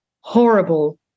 horrible